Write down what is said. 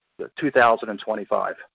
2025